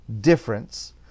difference